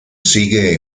sigue